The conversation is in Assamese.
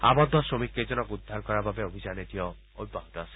আৱদ্ধ শ্ৰমিককেইজনক উদ্ধাৰ কৰাৰ বাবে অভিযান এতিয়াও অব্যাহত আছে